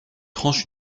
tranche